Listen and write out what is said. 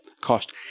cost